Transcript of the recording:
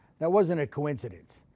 that wasn't a coincidence.